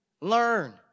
learn